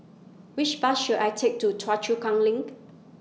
Which Bus should I Take to Choa Chu Kang LINK